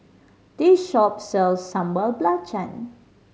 this shop sells Sambal Belacan